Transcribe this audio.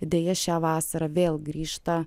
deja šią vasarą vėl grįžta